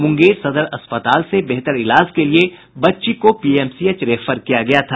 मुंगेर सदर अस्पताल से बेहतर इलाज के लिए बच्ची को पीएमसीएच रेफर किया गया था